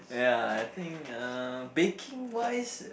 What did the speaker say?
ya I think uh baking wise